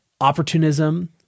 opportunism